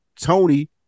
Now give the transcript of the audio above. Tony